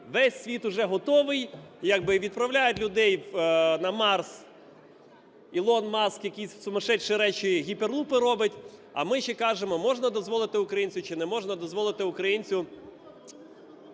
Весь світ уже готовий, як би відправляють людей на Марс, Ілон Маск, який сумашедші речі – гіперлупи – робить, а ми ще кажемо, можна дозволити українцю чи не можна дозволити українцю